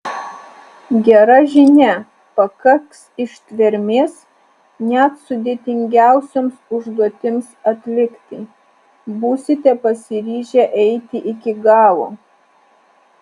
gera žinia pakaks ištvermės net sudėtingiausioms užduotims atlikti būsite pasiryžę eiti iki galo